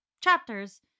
chapters